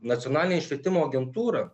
nacionalinė švietimo agentūra